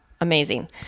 Amazing